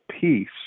peace